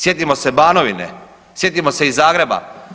Sjetimo se Banovine, sjetimo se i Zagreba.